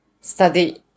study